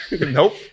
Nope